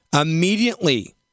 immediately